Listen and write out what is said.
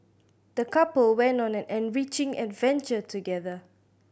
the couple went on an enriching adventure together